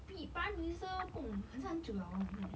比 prime minister 不懂很像很久 liao orh 很像